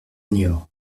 niort